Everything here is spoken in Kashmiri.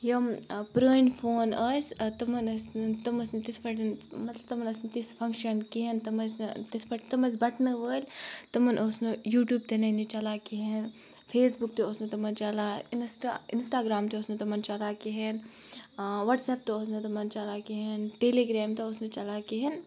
یِم پرٛٲنۍ فون ٲسۍ تِمَن ٲسۍ نہٕ تِم ٲسۍ نہٕ تِتھ پٲٹھۍ مطلب تِمَن ٲس نہٕ تِژھ فَنٛگشَن کِہیٖنۍ تِم ٲسۍ نہٕ تِتھ پٲٹھۍ تِم ٲسۍ بَٹنہٕ وٲلۍ تِمَن اوس نہٕ یوٗٹیوٗب تہِ نَے نہٕ چَلان کِہیٖنۍ فیسبُک تہِ اوس نہٕ تِمَن چَلان اِنَسٹا اِنَسٹاگرٛام تہِ اوس نہٕ تِمَن چَلان کِہیٖنۍ وَٹسیپ تہِ اوس نہٕ تِمَن چَلان کِہیٖنۍ ٹیلیٖگرٛیم تہِ اوس نہٕ چَلان کِہیٖنۍ